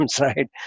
right